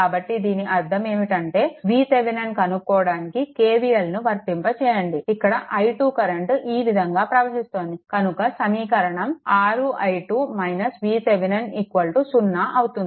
కాబట్టి దీని అర్థం ఏమిటంటే VThevenin కనుక్కోవడానికి KVLను వర్తింప చేయండి ఇక్కడ i2 కరెంట్ ఈ విధంగా ప్రవహిస్తోంది కనుక సమీకరణం 6 i2 VThevenin 0 అవుతుంది అంటే VThevenin 6i2